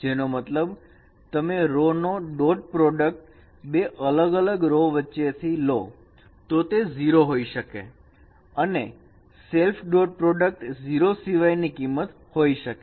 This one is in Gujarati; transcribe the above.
જેનો મતલબ તમે રો નો ડોટ પ્રોડક્ટ બે અલગ અલગ રો વચ્ચેથી લો તો તે 0 હોઈ શકે અને સેલ્ફ ડોટ પ્રોડક્ટ 0 સિવાય ની કિંમત હોઈ શકે